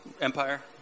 Empire